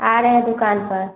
आ रहें दुकान पर